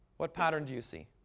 what pattern do you see?